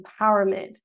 empowerment